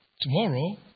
Tomorrow